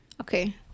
Okay